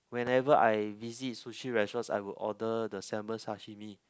whenever I visit sushi restaurants I would order the salmon sashimi